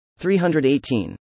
318